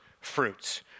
fruits